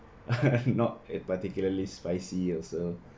not particularly spicy also